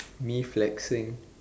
me flexing